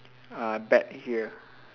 uh bet here